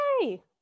Yay